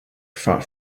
fought